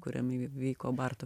kuriam įvyko barto